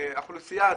לגבי האוכלוסייה הזאת,